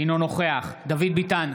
אינו נוכח דוד ביטן,